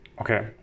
Okay